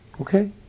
Okay